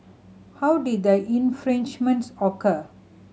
how did the infringements occur